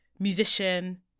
musician